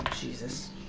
Jesus